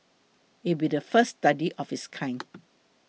it will be the first study of its kind